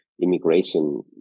immigration